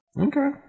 Okay